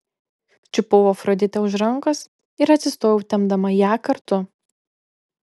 čiupau afroditę už rankos ir atsistojau tempdama ją kartu